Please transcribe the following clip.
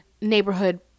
neighborhood